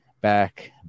back